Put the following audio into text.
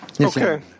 Okay